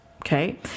Okay